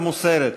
מוסרת,